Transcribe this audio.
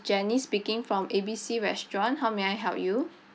janice speaking from A B C restaurant how may I help you